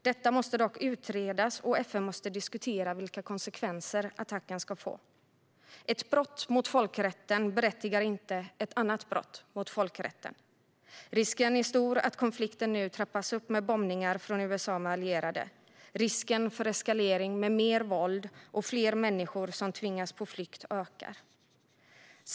Detta måste dock utredas, och FN måste diskutera vilka konsekvenser attacken ska få. Ett brott mot folkrätten berättigar inte ett annat brott mot folkrätten. Risken är stor att konflikten nu trappas upp med bombningar från USA med allierade. Risken för eskalering med mer våld och fler människor som tvingas på flykt ökar.